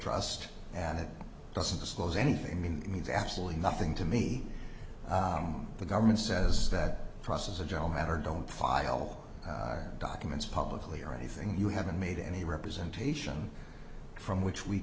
trust and it doesn't disclose anything means absolutely nothing to me the government says that process a general matter don't file our documents publicly or anything you haven't made any representation from which we